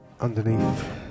underneath